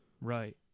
Right